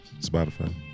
Spotify